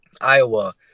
Iowa